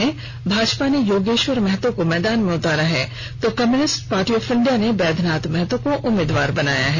वहीं भाजपा ने योगेश्वर महतो को मैदान में उतारा है तो कम्युनिस्ट पार्टी ऑफ इंडिया ने बैद्यनाथ महतो को उम्मीदवार बनाया है